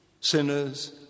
sinners